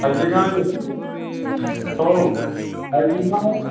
हायजेङा औ हायजेङा